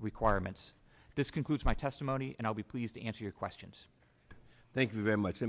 requirements this concludes my testimony and i'll be pleased to answer your questions thank you very much